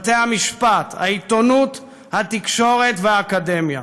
בתי-המשפט, העיתונות, התקשורת והאקדמיה.